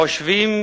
חושבים